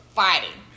fighting